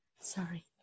sorry